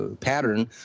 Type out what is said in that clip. pattern